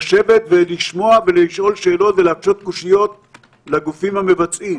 לשבת ולשמוע ולשאול שאלות ולהקשות קושיות לגופים המבצעים.